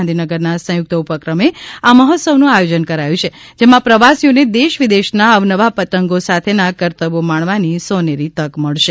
ગાંધીનગરના સંયુક્ત ઉપક્રમે આ મહોત્સવનું આયોજન કરાયું છે જેમાં પ્રવાસીઓને દેશ વિદેશના અવનવા પતંગો સાથેના કરતબો માણવાની સોનેરી તક મળશે